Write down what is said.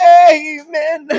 amen